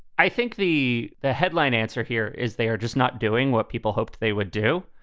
i think the the headline answer here is they are just not doing what people hoped they would do.